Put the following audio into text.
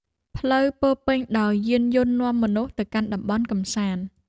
ផ្លូវពោរពេញដោយយានយន្តនាំមនុស្សទៅកាន់តំបន់កម្សាន្ត។